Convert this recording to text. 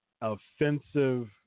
offensive